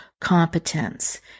competence